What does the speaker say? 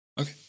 okay